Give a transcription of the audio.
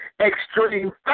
Extreme